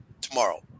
tomorrow